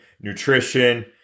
nutrition